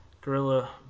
gorilla